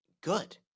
good